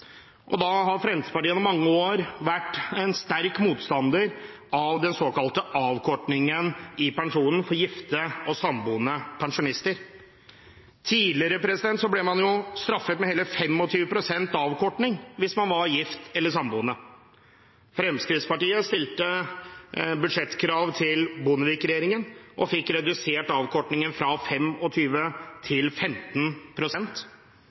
og da har Fremskrittspartiet gjennom mange år vært en sterk motstander av den såkalte avkortningen i pensjonen for gifte og samboende pensjonister. Tidligere ble man jo straffet med hele 25 pst. avkortning hvis man var gift eller samboende. Fremskrittspartiet stilte budsjettkrav til Bondevik-regjeringen og fikk redusert avkortningen fra 25 til